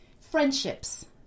friendships